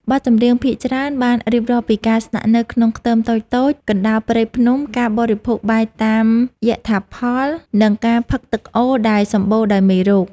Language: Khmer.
បទចម្រៀងភាគច្រើនបានរៀបរាប់ពីការស្នាក់នៅក្នុងខ្ទមតូចៗ កណ្តាលព្រៃភ្នំ ការបរិភោគបាយតាមយថាផល និងការផឹកទឹកអូរដែលសម្បូរដោយមេរោគ។